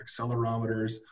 accelerometers